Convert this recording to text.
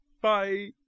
Bye